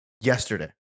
yesterday